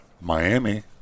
Miami